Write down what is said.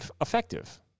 effective